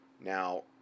Now